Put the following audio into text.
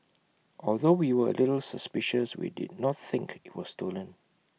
although we were A little suspicious we did not think IT was stolen